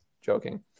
joking